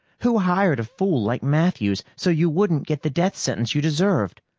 who hired a fool like matthews so you wouldn't get the death sentence you deserved?